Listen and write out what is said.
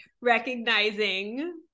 recognizing